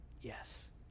Yes